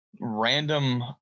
random